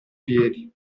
piedi